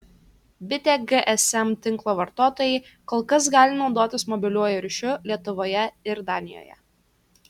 bitė gsm tinklo vartotojai kol kas gali naudotis mobiliuoju ryšiu lietuvoje ir danijoje